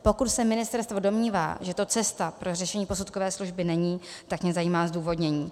Pokud se ministerstvo domnívá, že to cesta pro řešení posudkové služby není, tak mě zajímá zdůvodnění.